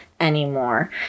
anymore